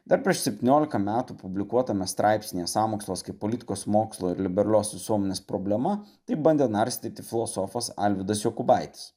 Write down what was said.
dar prieš septyniolika metų publikuotame straipsnyje sąmokslas kaip politikos mokslo ir liberalios visuomenės problema taip bandė narstyti filosofas alvydas jokubaitis